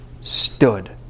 stood